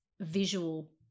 visual